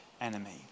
enemy